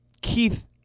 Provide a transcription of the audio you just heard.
Keith